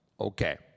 okay